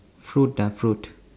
fruit ah fruit